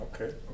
okay